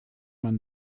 man